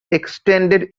extended